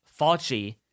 Fauci